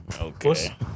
Okay